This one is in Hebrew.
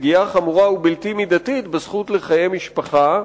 פגיעה חמורה ובלתי מידתית בזכות לחיי משפחה,